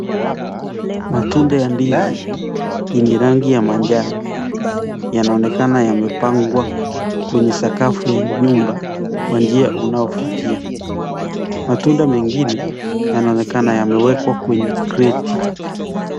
Matunda ya ndizi yenye rangi ya manjano yanaonekana yamepangwa kwenye sakafu ya nyumba kwa njia unayovutia. Matunda mengine yanaonekana yamewekwa kwenye kreti.